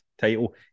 title